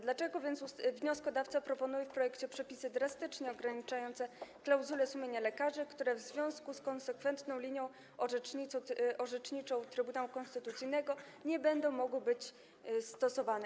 Dlaczego więc wnioskodawca proponuje w projekcie przepisy drastycznie ograniczające klauzulę sumienia lekarzy, które w związku z konsekwentną linią orzeczniczą Trybunału Konstytucyjnego nie będą mogły być stosowane?